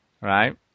right